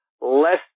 Less